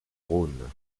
rhône